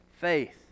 faith